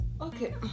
okay